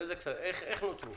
איך נותרו?